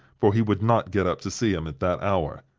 for he would not get up to see him at that hour.